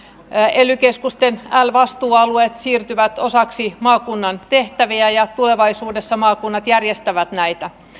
ely keskusten l vastuualueet siirtyvät osaksi maakunnan tehtäviä ja tulevaisuudessa maakunnat järjestävät näitä